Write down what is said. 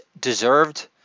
deserved